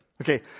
Okay